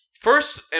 First